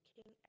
King